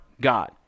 God